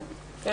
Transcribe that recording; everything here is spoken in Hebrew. כן.